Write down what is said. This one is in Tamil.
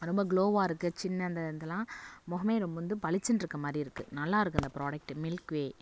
ரொம்ப கிளோவாக இருக்குது சின் இந்த இதலாம் முகமே ரொம்ப வந்து பளிச்சின்ருக்கற மாதிரி இருக்குது நல்லாயிருக்கு அந்த ப்ரோடக்ட்டு மில்க் வே